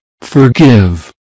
forgive